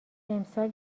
امسال